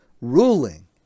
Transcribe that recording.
ruling